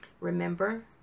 Remember